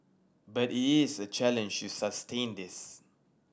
but it is a challenge to sustain this